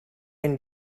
and